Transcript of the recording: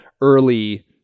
early